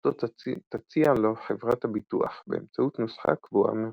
אותו תציע לו חברת הביטוח באמצעות נוסחה קבועה מראש.